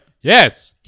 Yes